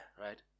right